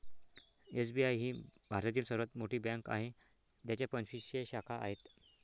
SBI ही भारतातील सर्वात मोठी बँक आहे ज्याच्या पंचवीसशे शाखा आहेत